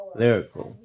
lyrical